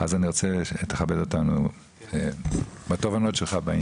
אז אני רוצה שתכבד אותנו בתובנות שלך בעניין.